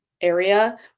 Area